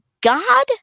God